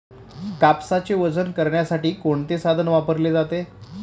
कापसाचे वजन करण्यासाठी कोणते साधन वापरले जाते?